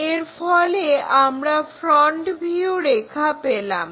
এর ফলে আমরা ফ্রন্ট ভিউ রেখা পেলাম